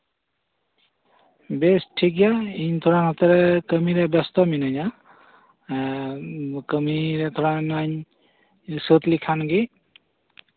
ᱵᱮᱥ ᱴᱷᱤᱠᱜᱮᱭᱟ ᱤᱧ ᱛᱷᱚᱲᱟ ᱠᱟᱹᱢᱤ ᱨᱮ ᱵᱮᱥᱛᱚ ᱢᱤᱱᱟᱹᱧᱟ ᱮᱸ ᱠᱟᱹᱢᱤ ᱛᱷᱚᱲᱟ ᱚᱱᱟᱧ ᱥᱟᱹᱛ ᱞᱮᱠᱷᱟᱱ ᱜᱮ